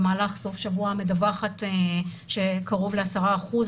במהלך סוף שבוע מדווחת שקרוב ל-10 אחוזים,